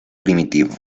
primitivo